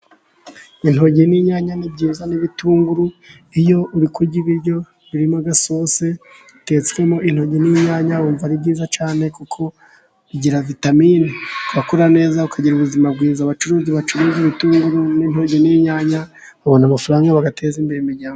Intoryi n'inyanya ni byiza n'ibitunguru, iyo uri kurya ibiryo birimo agasosi gatetswemo intoryi n'inyanya wumva ari byiza cyane, kuko bigira vitamini ugakura neza ukagira ubuzima bwiza, abacuruzi bacuruza ibitunguru n'intoryi n'inyanya babona amafaranga bagateza imbere imiryango.